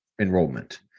enrollment